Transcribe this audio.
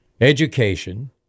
Education